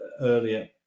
earlier